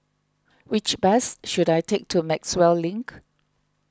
which bus should I take to Maxwell Link